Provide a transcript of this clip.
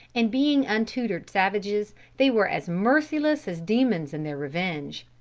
and being untutored savages, they were as merciless as demons in their revenge.